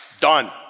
Done